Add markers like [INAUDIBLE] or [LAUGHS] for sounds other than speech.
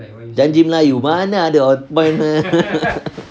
janji melayu mana ada mana [LAUGHS]